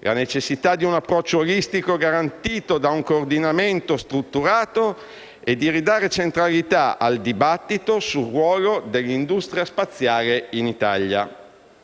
la necessità di un approccio olistico garantito da un coordinamento strutturato e di ridare centralità al dibattito sul ruolo dell'industria spaziale in Italia;